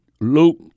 Luke